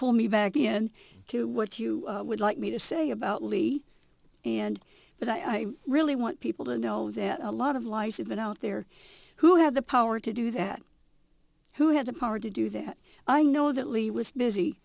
pull me back in to what you would like me to say about lee and but i really want people to know that a lot of lies have been out there who have the power to do that who had the power to do that i know that lee was busy